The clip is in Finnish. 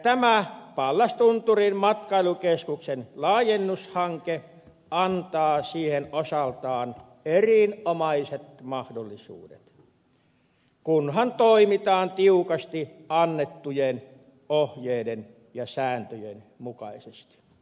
tämä pallastunturin matkailukeskuksen laajennushanke antaa siihen osaltaan erinomaiset mahdollisuudet kunhan toimitaan tiukasti annettujen ohjeiden ja sääntöjen mukaisesti